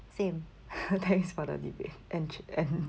same thanks for the debate and and